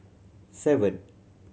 seven